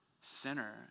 sinner